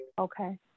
Okay